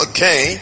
Okay